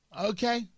Okay